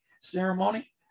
ceremony